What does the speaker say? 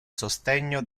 sostegno